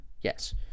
yes